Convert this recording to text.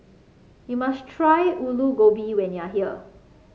you must try Alu Gobi when you are here